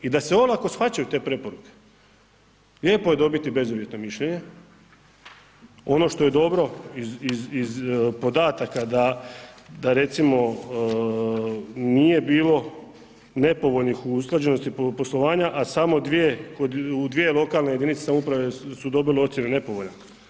I da se olako shvaćaju te preporuke, lijepo je dobiti bezuvjetno mišljenje, ono što je dobro iz podataka da recimo nije bilo nepovoljnih usklađenosti poslovanja a samo dvije, kod, u dvije lokalne jedinice samouprave su dobile ocjenu nepovoljan.